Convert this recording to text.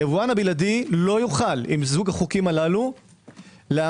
היבואן הבלעדי לא יוכל עם שני החוקים הללו להביא